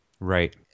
right